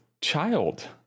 child